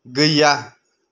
गैया